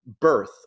birth